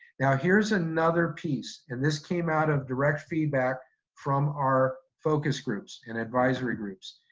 now here's another piece, and this came out of direct feedback from our focus groups and advisory groups.